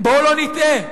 בואו לא נטעה.